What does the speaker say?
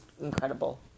incredible